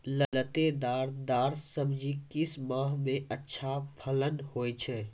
लतेदार दार सब्जी किस माह मे अच्छा फलन होय छै?